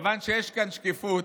מכיוון שיש כאן שקיפות,